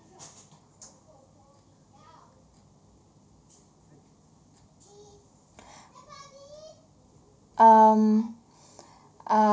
um uh